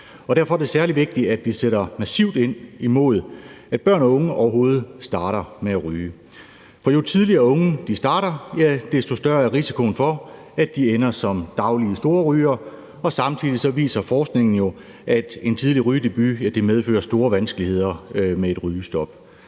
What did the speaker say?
Derfor er det særlig vigtigt, at vi sætter massivt ind imod, at børn og unge overhovedet starter med at ryge, for jo tidligere de unge starter, desto større er risikoen for, at de ender som daglige storrygere, og samtidig viser forskningen jo, at en tidlig rygedebut medfører store vanskeligheder med et rygestop.